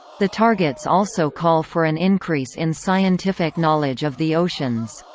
the targets also call for an increase in scientific knowledge of the oceans.